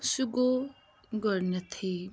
سُہ گوٚو گۄڈٕنیٚتھٕے